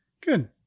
good